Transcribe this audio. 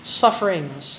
sufferings